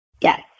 Yes